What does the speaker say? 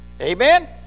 amen